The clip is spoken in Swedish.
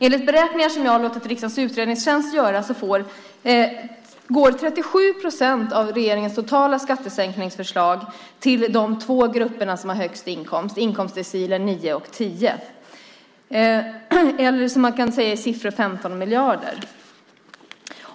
Enligt beräkningar som jag har låtit riksdagens utredningstjänst göra går 37 procent av regeringens totala skattesänkningsförslag till de två grupper som har högst inkomst, inkomstdecilerna 9 och 10, eller i siffror 15 miljarder.